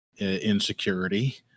Insecurity